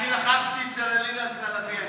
אני לחצתי בטעות במקום עליזה לביא.